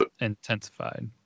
intensified